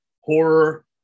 horror